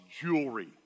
jewelry